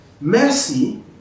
Mercy